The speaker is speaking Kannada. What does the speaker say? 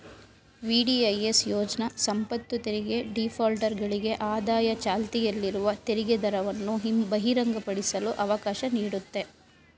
ವಿ.ಡಿ.ಐ.ಎಸ್ ಯೋಜ್ನ ಸಂಪತ್ತುತೆರಿಗೆ ಡಿಫಾಲ್ಟರ್ಗಳಿಗೆ ಆದಾಯ ಚಾಲ್ತಿಯಲ್ಲಿರುವ ತೆರಿಗೆದರವನ್ನು ಬಹಿರಂಗಪಡಿಸಲು ಅವಕಾಶ ನೀಡುತ್ತೆ